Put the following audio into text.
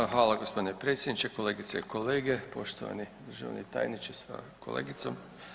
Evo hvala gospodine predsjedniče, kolegice i kolege, poštovani državni tajniče sa kolegicom.